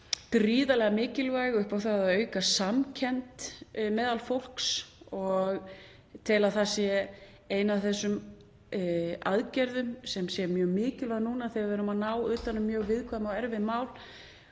gríðarlega mikilvæg upp á það að auka samkennd meðal fólks og tel að það sé ein af þessum aðgerðum sem sé mjög mikilvæg núna þegar við erum að ná utan um mjög viðkvæm og erfið mál.